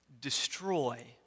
destroy